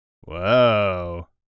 Whoa